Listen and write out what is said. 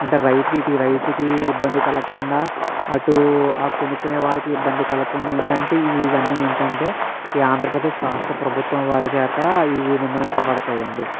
అంటే రైతుకి ఇటు రైతుకి ఇబ్బంది కలక్కుండా అటు కొనుక్కునే వారికి ఇబ్బంది కలక్కుండా ఏంటంటే ఇవన్నీ ఏంటంటే ఈ ఆంధ్రప్రదేశ్ రాష్ట్ర ప్రభుత్వం వారిచేత ఇవి నిర్ణయింబడతాయండి